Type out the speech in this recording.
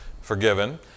forgiven